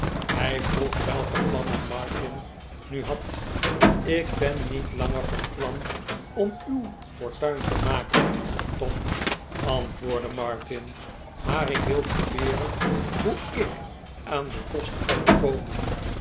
hij vroeg welke plannen martin nu had ik ben niet langer van plan om u w fortuin te maken tom antwoordde martin maar ik wil probeeren hoe ik aan den kost kan komen